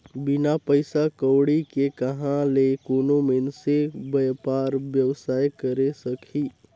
बिन पइसा कउड़ी के कहां ले कोनो मइनसे बयपार बेवसाय करे सकही